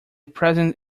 present